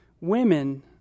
women